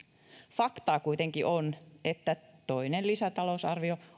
faktaa kuitenkin on että toinen lisätalousarvio